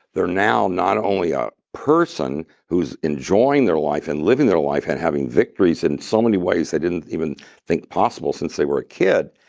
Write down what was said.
they're now not only a person who's enjoying their life and living their life and having victories in so many ways they didn't even think possible since they were a kid,